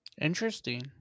Interesting